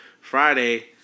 Friday